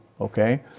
Okay